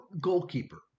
goalkeeper